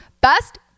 best